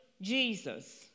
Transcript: Jesus